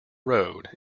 road